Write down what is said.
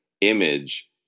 image